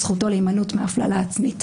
זכותו להימנעות מהפללה עצמית.